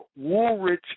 Woolrich